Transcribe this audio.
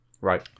Right